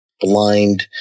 blind